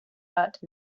art